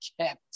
kept